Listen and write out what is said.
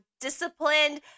disciplined